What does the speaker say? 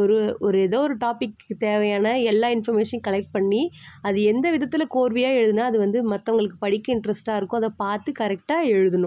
ஒரு ஒரு ஏதோ ஒரு டாப்பிக் தேவையான எல்லா இன்பர்மேஷனையும் கலெக்ட் பண்ணி அது எந்த விதத்தில் கோர்வையாக எழுதுனால் அது வந்து மற்றவங்களுக்கு படிக்க இன்ட்ரெஸ்ட்டாக இருக்கோ அதை பார்த்து கரெக்டாக எழுதணும்